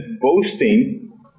boasting